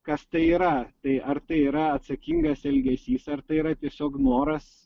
kas tai yra tai ar tai yra atsakingas elgesys ar tai yra tiesiog noras